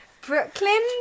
Brooklyn